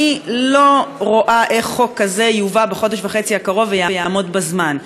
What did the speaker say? אני לא רואה איך חוק כזה יובא בחודש וחצי הקרוב ויעמוד בזמן.